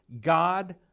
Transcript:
God